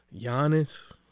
Giannis